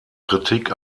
kritik